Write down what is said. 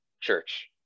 church